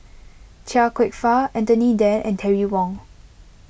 Chia Kwek Fah Anthony then and Terry Wong